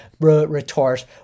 retort